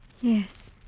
Yes